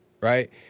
right